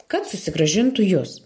kad susigrąžintų jus